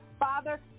Father